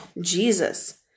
Jesus